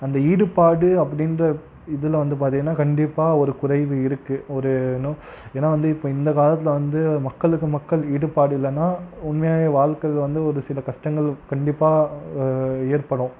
அந்த ஈடுபாடு அப்படின்ற இதில் வந்து பார்த்திங்கனா கண்டிப்பாக ஒரு குறைவு இருக்குது ஒரு ஏன்னால் வந்து இப்போ இந்தக் காலத்தில் வந்து மக்களுக்கு மக்கள் ஈடுபாடு இல்லைனா உண்மையாகவே வாழ்க்கை வந்து ஒரு சில கஷ்டங்கள் கண்டிப்பாக ஏற்படும்